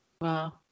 Wow